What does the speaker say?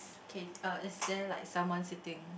okay uh is there like someone sitting